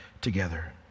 together